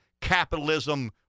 capitalism